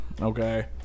Okay